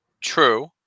True